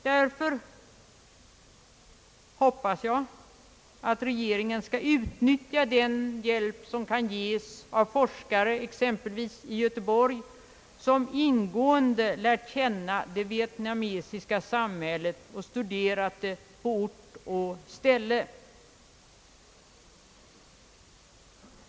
Därför hoppas jag att regeringen skall utnyttja den hjälp som kan ges av forskare, exempelvis de i Göteborg, som ingående lärt känna det vietnamesiska samhället genom att studera det på ort och ställe.